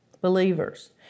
believers